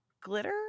glitter